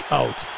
out